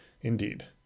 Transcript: indeed